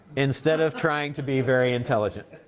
instead of trying to be very intelligent.